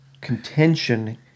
contention